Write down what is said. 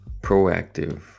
proactive